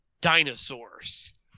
Dinosaurs